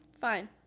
Fine